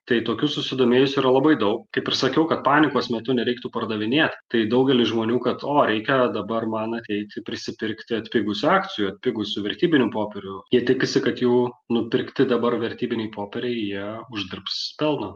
tai tokių susidomėjusių yra labai daug kaip ir sakiau kad panikos metu nereiktų pardavinėt tai daugelis žmonių kad o reikia dabar man ateiti prisipirkti atpigusių akcijų atpigusių vertybinių popierių jie tikisi kad jų nupirkti dabar vertybiniai popieriai jie uždirbs pelno